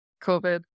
COVID